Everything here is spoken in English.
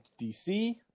DC